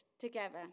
together